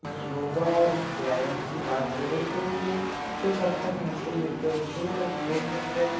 योग और व्यायाम की बात करें तो ये कुछ हद तक मिलते जुलते होते हैं पर योग में क्या एक